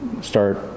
start